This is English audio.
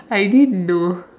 I didn't know